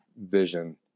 vision